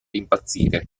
impazzire